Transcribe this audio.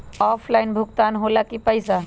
Offline भुगतान हो ला कि पईसा?